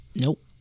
nope